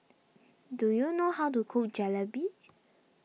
do you know how to cook Jalebi